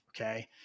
okay